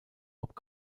hop